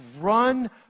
run